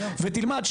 ותלמד,